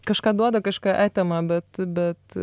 kažką duoda kažką atema bet bet